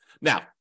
Now